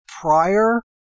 Prior